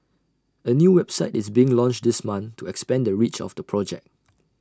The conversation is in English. A new website is being launched this month to expand the reach of the project